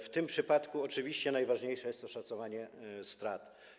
W tym przypadku oczywiście najważniejsze jest oszacowanie strat.